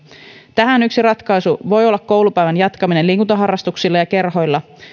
tähän yksi ratkaisu voi olla koulupäivän jatkaminen liikuntaharrastuksilla ja kerhoilla